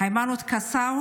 היימנוט קסאו